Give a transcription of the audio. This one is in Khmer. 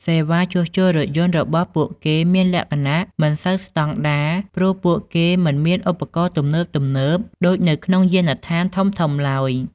សេវាជួសជុលរថយន្តរបស់ពួកគេមានលក្ខណៈមិនសូវស្តង់ដារ ព្រោះពួកគេមិនមានឧបករណ៍ទំនើបៗដូចនៅក្នុងយានដ្ឋានធំៗឡើយ។